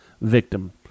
victim